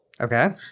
Okay